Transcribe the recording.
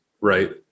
right